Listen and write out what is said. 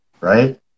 right